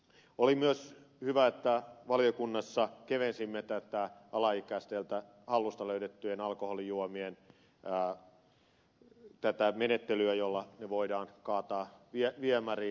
oli myös hyvä että valiokunnassa kevensimme tätä alaikäisten hallusta löydettyjen alkoholijuomien menettelyä jolla ne voidaan kaataa viemäriin